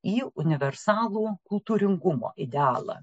į universalų kultūringumo idealą